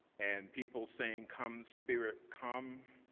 and people saying, come spirit, come.